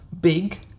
big